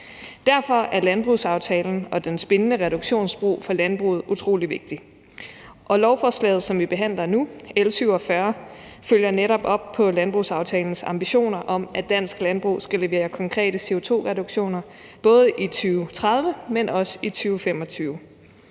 Derfor er landbrugsaftalen og dens bindende reduktionsmål for landbruget utrolig vigtig. Og lovforslaget, som vi behandler nu, L 47, følger netop op på landbrugsaftalens ambitioner om, at dansk landbrug skal levere konkrete CO2-reduktioner både i 2030, men